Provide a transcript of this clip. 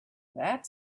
that